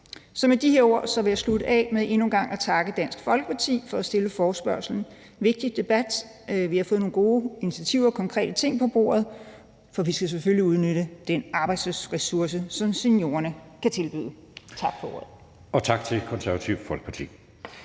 Så med de ord vil jeg slutte af med endnu en gang at takke Dansk Folkeparti for at stille forespørgslen. Det er en vigtig debat. Vi har fået nogle gode initiativer og konkrete ting på bordet, for vi skal selvfølgelig udnytte den arbejdsressource, som seniorerne kan tilbyde. Tak for ordet. Kl. 17:25 Anden næstformand